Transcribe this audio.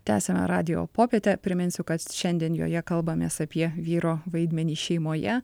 tęsiame radijo popietę priminsiu kad šiandien joje kalbamės apie vyro vaidmenį šeimoje